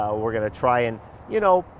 we're gonna try and you know,